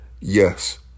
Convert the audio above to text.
Yes